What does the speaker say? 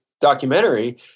documentary